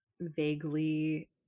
vaguely